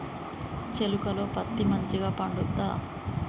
చేలుక లో పత్తి మంచిగా పండుద్దా?